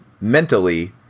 mentally